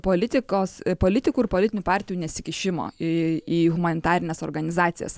politikos politikų ir politinių partijų nesikišimo į į humanitarines organizacijas